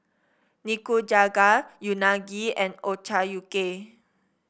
Nikujaga Unagi and Ochazuke